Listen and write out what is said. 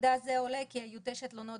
וממידע זה עולה כי היו תשע תלונות